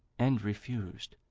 and refused.